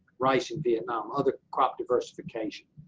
rice in vietnam, other crop diversification.